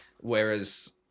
Whereas